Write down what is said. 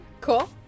Cool